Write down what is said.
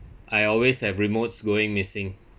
I always have remotes going missing